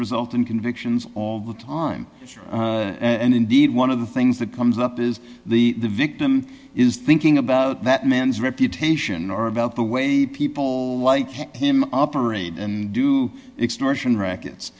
result in convictions all the time and indeed one of the things that comes up is the victim is thinking about that man's reputation or about the way people like him operate and do extortion racket